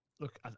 Look